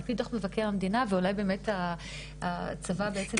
על פי דוח מבקר המדינה ואולי באמת הצבא בעצם.